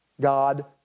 God